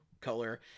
color